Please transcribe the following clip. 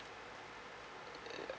ya